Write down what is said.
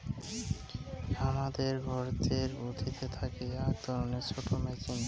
হামাদের ঘরতের বুথিতে থাকি আক ধরণের ছোট মেচিন